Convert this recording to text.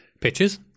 Pictures